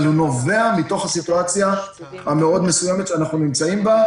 אבל הוא נובע מתוך הסיטואציה המאוד מסוימת שאנחנו נמצאים בה.